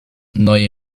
neue